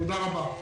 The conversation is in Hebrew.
תודה רבה.